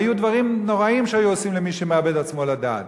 והיו דברים נוראיים שהיו עושים למי שמאבד לעצמו לדעת,